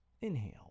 Inhale